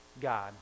god